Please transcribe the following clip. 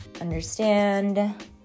understand